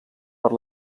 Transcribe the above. per